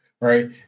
right